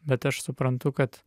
bet aš suprantu kad